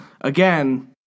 again